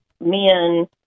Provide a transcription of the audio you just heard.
men